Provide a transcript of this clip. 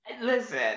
Listen